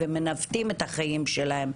ומנווטים את החיים שלהם,